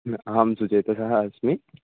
अहं सुचेतसः अस्मि